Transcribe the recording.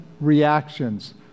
reactions